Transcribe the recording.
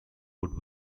would